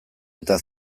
eta